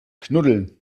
knuddeln